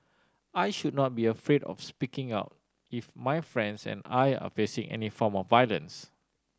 I should not be afraid of speaking out if my friends and I are facing any form of violence